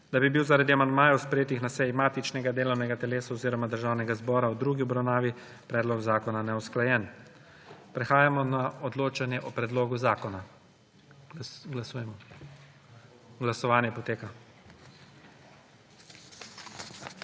da bi bil zaradi amandmajev, sprejetih na seji matičnega delovnega telesa oziroma Državnega zbora v drugi obravnavi predlog zakona neusklajen. Prehajamo na odločanje o predlogu zakona. Glasujemo. Navzočih